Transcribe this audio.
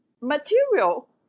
material